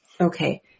okay